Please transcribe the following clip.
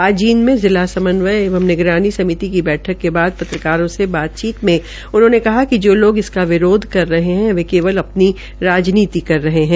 आंज जींद में जिला समन्वय एवं निगरानी समिति की बैठक के बाद पत्रकारों से बातचीत मे उन्होंने कहा कि जो लोग इसका विरोध कर रहे है वे केवल अपनी राजनीति कर रहे है